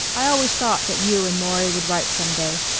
i always thought that you and maury would write some day,